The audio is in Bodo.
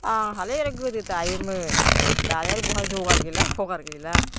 आंहालाय आरो गोदो दायोमोन दायो आरो बहा जगार गैला फगार गैला